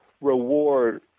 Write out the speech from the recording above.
reward